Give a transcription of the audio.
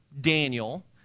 Daniel